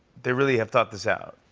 they really have thought this out.